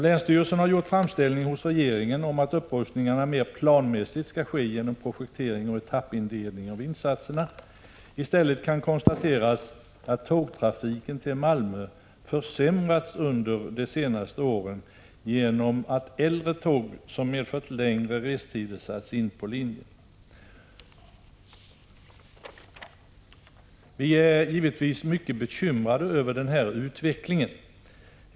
Länsstyrelsen har gjort framställning hos regeringen om att upprustningen mer planmässigt skall ske genom projektering och etappindelning av insatserna. I stället kan det konstateras att tågtrafiken till Malmö under de senaste åren har försämrats på grund av att äldre tåg som medfört längre restider satts in på linjen. Vi är givetvis mycket bekymrade över den här utvecklingen.